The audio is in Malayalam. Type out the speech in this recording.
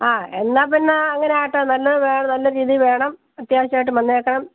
ആ എന്നാൽപ്പിന്നെ അങ്ങനെ ആക്കാം നല്ലത് നല്ലരീതിയിൽ വേണം അത്യാവശ്യമായിട്ട് വന്നേക്കണം